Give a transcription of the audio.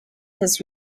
his